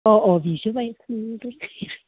अ अ बिदिसो जायो